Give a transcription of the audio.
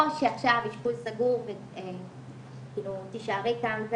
או שעכשיו אשפוז סגור ותישארי כאן,